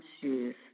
shoes